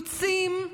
בקיבוצים,